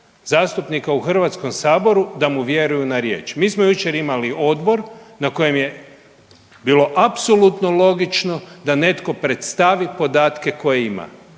zastupnika u Hrvatskom saboru da mu vjeruju na riječ. Mi smo jučer imali odbor na kojem je bilo apsolutno logično da netko predstavi podatke koje ima.